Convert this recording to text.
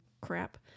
crap